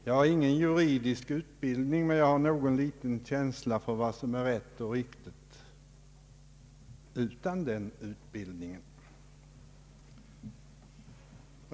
Jag har ingen juridisk utbildning, men jag har någon liten känsla för vad som är rätt och riktigt, utan den utbildningen.